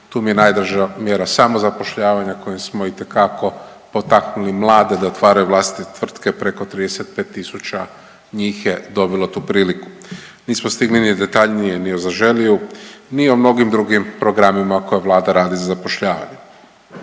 tu mi je najdraža mjera samozapošljavanja kojim smo itekako poteknuli mlade da otvaraju vlastite tvrtke, preko 35 njih je dobilo tu priliku. Nismo stigli ni detaljnije ni o Zaželi-ju ni o mnogim drugim programima koje Vlada radi zapošljavanja.